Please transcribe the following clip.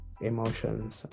emotions